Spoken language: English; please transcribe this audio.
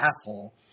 asshole